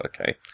okay